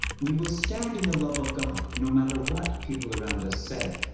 we will stand in the love of god no matter what people around us say.